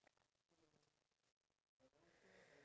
I have a lizard in my house